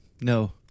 no